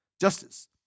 Justice